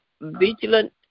vigilant